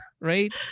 right